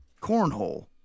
Cornhole